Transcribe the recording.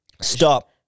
Stop